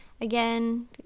Again